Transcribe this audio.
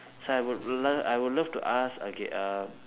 so I would love I would love to ask okay uh